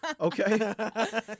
okay